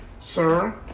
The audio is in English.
sir